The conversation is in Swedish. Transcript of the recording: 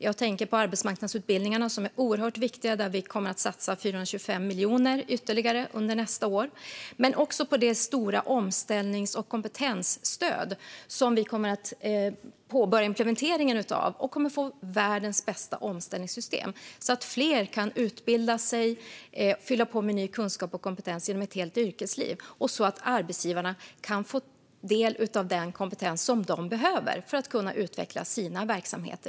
Jag tänker på arbetsmarknadsutbildningarna, som är oerhört viktiga och där vi kommer att satsa ytterligare 425 miljoner under nästa år, men också på det stora omställnings och kompetensstöd som vi kommer att påbörja implementeringen av. Vi kommer att få världens bästa omställningssystem så att fler kan utbilda sig och fylla på med ny kunskap och kompetens genom ett helt yrkesliv och så att arbetsgivarna kan få del av den kompetens de behöver för att kunna utveckla sina verksamheter.